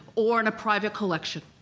or in a private collection.